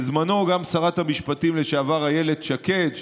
בזמנו גם שרת המשפטים לשעבר איילת שקד,